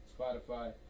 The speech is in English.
Spotify